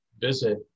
visit